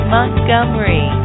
Montgomery